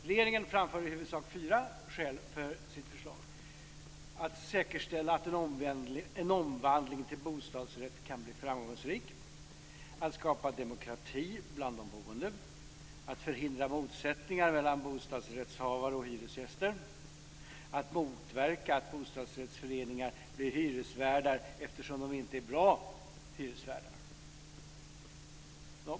Regeringen framför i huvudsak fyra skäl för sitt förslag: · att säkerställa att en omvandling till bostadsrätt kan bli framgångsrik · att skapa demokrati bland de boende · att förhindra motsättningar mellan bostadsrättshavare och hyresgäster · att motverka att bostadsrättsföreningar blir hyresvärdar eftersom de inte är bra hyresvärdar.